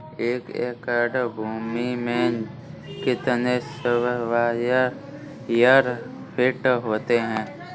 एक एकड़ भूमि में कितने स्क्वायर फिट होते हैं?